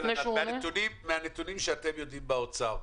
מהנתונים שאתם יודעים באוצר,